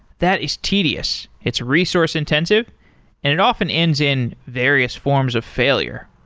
that is tedious. it's resource-intensive and it often ends in various forms of failure.